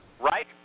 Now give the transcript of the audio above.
Right